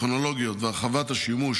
הטכנולוגיות והרחבת השימוש